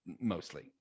mostly